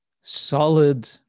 solid